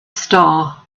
star